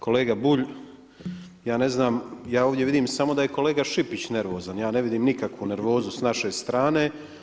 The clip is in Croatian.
Kolega Bulj, ja ne znam, ja ovdje vidim samo da je kolega Šipić nervozan, ja ne vidim nikakvu nervozu s naše strane.